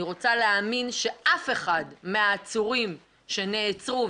אני רוצה להאמין שאף אחד מהעצורים שנעצרו,